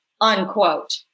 unquote